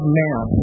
man